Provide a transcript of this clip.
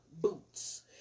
boots